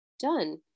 done